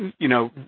you know,